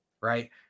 right